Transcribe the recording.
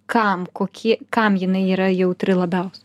kam kokie kam jinai yra jautri labiausia